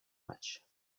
matches